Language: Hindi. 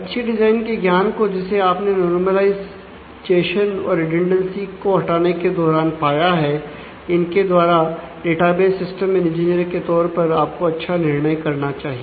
अच्छी डिजाइन के तौर पर आपको अच्छा निर्णय करना चाहिए